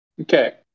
Okay